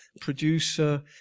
Producer